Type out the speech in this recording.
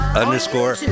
underscore